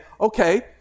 okay